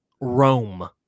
Rome